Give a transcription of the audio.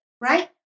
right